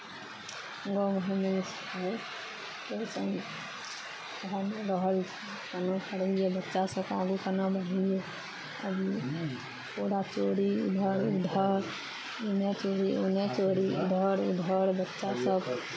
गाँव घरमे रहल केना करैयै बच्चा सभके आगू केना बढ़ैयै अभी पूरा चोरी उधर उधर एन्नऽ चोरी ओन्नऽ चोरी उधर उधर बच्चासभ